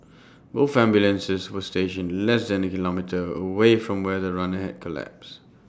both ambulances were stationed less than A kilometre away from where the runner had collapsed